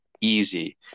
easy